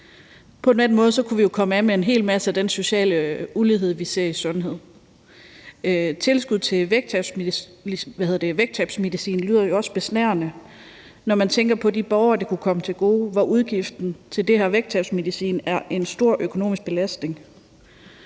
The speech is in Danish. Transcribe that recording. På den måde kunne vi jo komme af med en hel masse af den sociale ulighed, vi ser i sundhed. Tilskud til vægttabsmedicin lyder jo også besnærende, når man tænker på de borgere, det kunne komme til gode, for hvem udgiften til den her vægttabsmedicin er en stor økonomisk belastning,